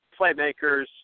playmakers